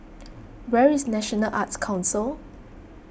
where is National Arts Council